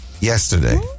yesterday